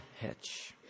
hitch